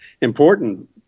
important